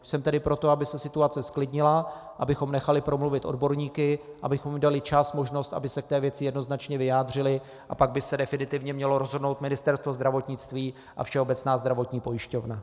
Jsem tedy pro to, aby se situace zklidnila, abychom nechali promluvit odborníky, abychom jim dali čas, možnost, aby se k té věci jednoznačně vyjádřili, a pak by se definitivně mělo rozhodnout Ministerstvo zdravotnictví a Všeobecná zdravotní pojišťovna.